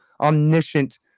omniscient